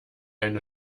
eine